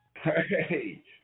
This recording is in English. Hey